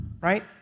right